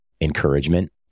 encouragement